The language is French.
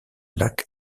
lacs